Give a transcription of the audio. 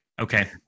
okay